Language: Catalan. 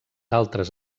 altres